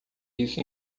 isso